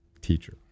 teacher